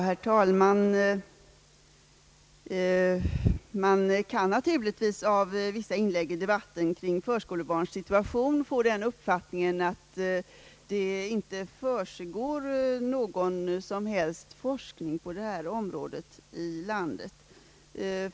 Herr talman! Man kan naturligtvis av vissa inlägg i debatten om förskolebarnens situation få den uppfattningen, att det inte försiggår någon som helst forskning på detta område i landet.